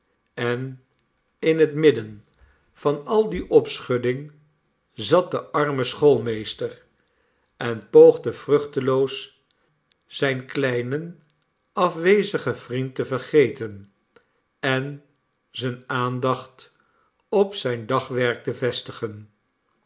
en in het midden van al die opschudding zat de arme schoolmeester en poogde vruchteloos zijn kleinen afwezigen vriend te vergeten en zijne aandacht op zijn dagwerk te vestigen